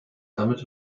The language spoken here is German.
damit